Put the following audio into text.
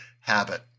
habit